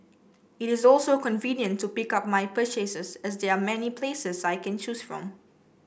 it is also convenient to pick up my purchases as there are many places I can choose from